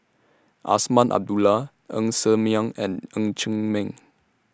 Azman Abdullah Ng Ser Miang and Ng Chee Meng